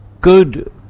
good